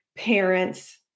parents